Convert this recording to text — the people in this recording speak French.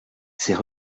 s’est